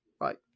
right